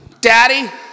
daddy